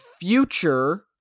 future